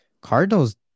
Cardinals